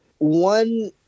One